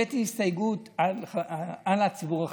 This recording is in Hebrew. הבאתי הסתייגות על הציבור החרדי.